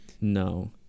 No